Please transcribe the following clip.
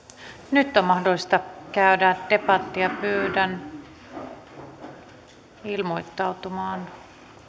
nyt on mahdollista käydä debattia pyydän ilmoittautumaan